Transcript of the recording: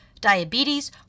diabetes